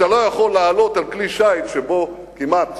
אתה לא יכול לעלות על כלי שיט שבו כמעט